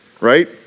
right